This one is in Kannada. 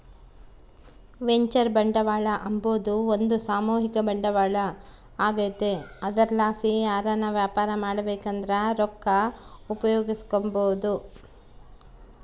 ವೆಂಚರ್ ಬಂಡವಾಳ ಅಂಬಾದು ಒಂದು ಸಾಮೂಹಿಕ ಬಂಡವಾಳ ಆಗೆತೆ ಅದರ್ಲಾಸಿ ಯಾರನ ವ್ಯಾಪಾರ ಮಾಡ್ಬಕಂದ್ರ ರೊಕ್ಕ ಉಪಯೋಗಿಸೆಂಬಹುದು